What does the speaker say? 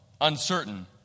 uncertain